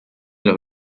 los